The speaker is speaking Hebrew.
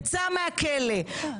יצא מהכלא,